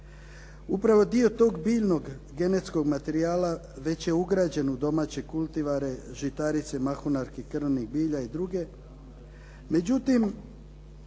Upravo dio tog biljnog genetskog materijala već je ugrađen u domaće kultivare, žitarice, mahunarke, krmnih bilja i druge.